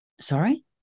sorry